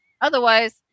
Otherwise